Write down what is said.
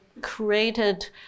created